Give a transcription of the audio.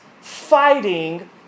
fighting